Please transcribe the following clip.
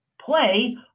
play